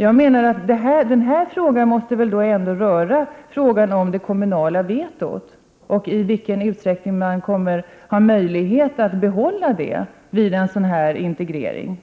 Jag menar att den här frågan måste ha anknytning till det kommunala vetot och till spörsmålet i vilken utsträckning man kommer att ha möjlighet att behålla detta vid en integrering.